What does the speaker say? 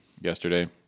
yesterday